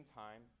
time